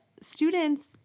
students